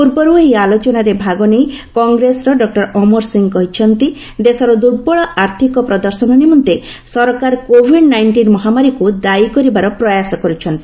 ପୂର୍ବରୁ ଏହି ଆଲୋଚନାରେ ଭାଗ ନେଇ କଂଗ୍ରେସର ଡକ୍ର ଅମର ସିଂ କହିଛନ୍ତି ଦେଶର ଦୁର୍ବଳ ଆର୍ଥିକ ପ୍ରଦର୍ଶନ ନିମନ୍ତେ ସରକାର କୋଭିଡ ନାଇଷ୍ଟିନ ମହାମାରୀକୁ ଦାୟୀ କରିବାର ପ୍ରୟାସ କରୁଛନ୍ତି